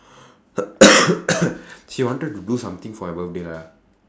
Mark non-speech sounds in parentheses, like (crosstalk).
(coughs) she wanted to do something for my birthday lah